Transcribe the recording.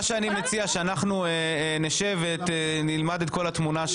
אני מציע שאנחנו נשב ונלמד את כל התמונה,